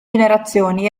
generazioni